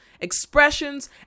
expressions